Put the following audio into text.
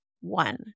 one